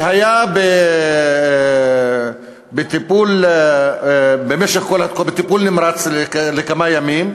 והיה בטיפול נמרץ כמה ימים,